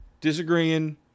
disagreeing